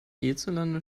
hierzulande